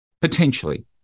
potentially